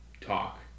talk